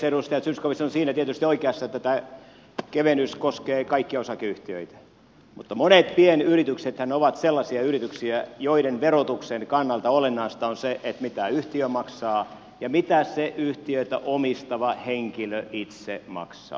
edustaja zyskowicz on siinä tietysti oikeassa että tämä kevennys koskee kaikkia osakeyhtiöitä mutta monet pienyrityksethän ovat sellaisia yrityksiä joiden verotuksen kannalta olennaista on se mitä yhtiö maksaa ja mitä se yhtiötä omistava henkilö itse maksaa